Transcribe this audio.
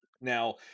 now